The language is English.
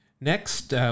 Next